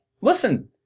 listen